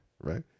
Right